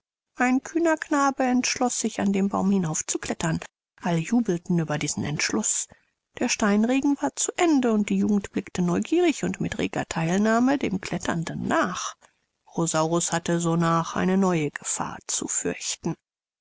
ein kühner knabe entschloß sich an dem baum hinauf zu klettern alle jubelten über diesen entschluß der steinregen war zu ende und die jugend blickte neugierig und mit reger theilnahme dem kletternden nach rosaurus hatte sonach eine neue gefahr zu fürchten